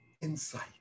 insight